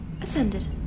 Ascended